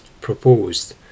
proposed